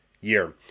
year